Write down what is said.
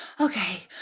okay